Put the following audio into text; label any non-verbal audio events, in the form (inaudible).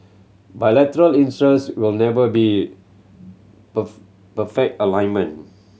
bilateral interest will never be (unintelligible) perfect (unintelligible)